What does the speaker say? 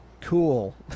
cool